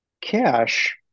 cash